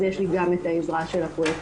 אז יש לי גם את העזרה של הפרוייקטורית.